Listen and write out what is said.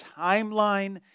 timeline